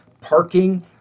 parking